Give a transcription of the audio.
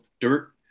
dirt